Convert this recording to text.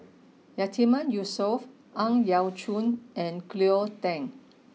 Yatiman Yusof Ang Yau Choon and Cleo Thang